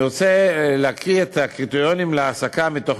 אני רוצה להקריא את הקריטריונים להעסקה מתוך